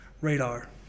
radar